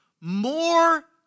more